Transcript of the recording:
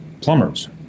plumbers